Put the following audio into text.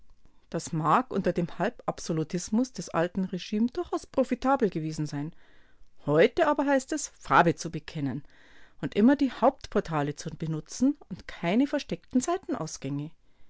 das mag unter dem halbabsolutismus des alten regime durchaus profitabel gewesen sein heute aber heißt es farbe zu bekennen und immer die hauptportale zu benutzen und keine versteckten